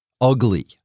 ugly